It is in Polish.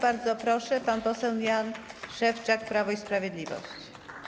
Bardzo proszę, pan poseł Jan Szewczak, Prawo i Sprawiedliwość.